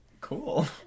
Cool